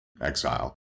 exile